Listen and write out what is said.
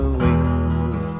wings